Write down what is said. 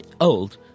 old